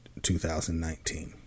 2019